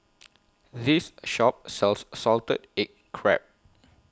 This Shop sells Salted Egg Crab